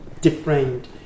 different